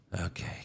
okay